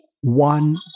one